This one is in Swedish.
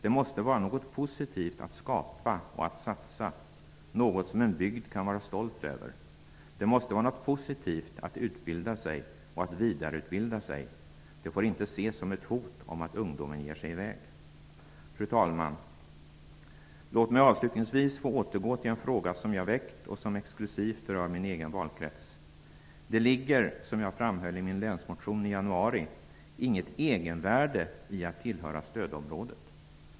Det måste vara något positivt att skapa och att satsa. Det måste vara något som en bygd kan vara stolt över. Det måste vara något positivt med att utbilda och vidareutbilda sig. Det får inte ses som ett hot om att ungdomen skall ge sig iväg. Fru talman! Låt mig avslutningsvis få återgå till en fråga som jag väckt och som exklusivt rör min egen valkrets. Det ligger, som jag framhöll i min länsmotion i januari, inget egenvärde i att tillhöra stödområdet.